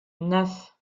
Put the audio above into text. neuf